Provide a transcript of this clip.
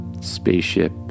Spaceship